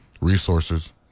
resources